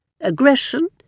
aggression